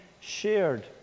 Shared